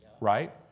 right